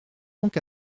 donc